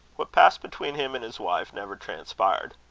what passed between him and his wife never transpired.